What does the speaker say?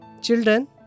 Children